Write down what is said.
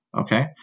Okay